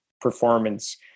performance